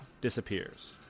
disappears